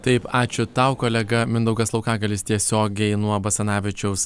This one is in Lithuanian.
taip ačiū tau kolega mindaugas laukagalis tiesiogiai nuo basanavičiaus